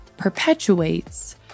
perpetuates